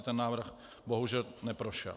Ten návrh bohužel neprošel.